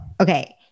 okay